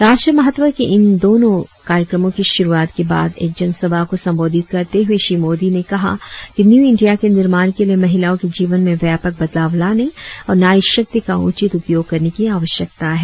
राष्ट्रीय महत्व के इन दोंनो कार्यक्रमों की शुरुआत के बाद एक जनसभा को संबोधित करते हुए श्री मोदी ने कहा कि न्यू इंडिया के निर्माण के लिए महिलाओ के जीवन में व्यापक बदलाव लाने और नारी शक्ति का उचित उपयोग करने की आवश्यकता है